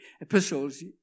epistles